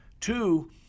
Two